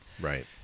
Right